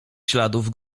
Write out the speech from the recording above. śladów